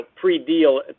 pre-deal